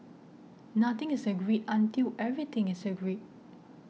nothing is agreed until everything is agreed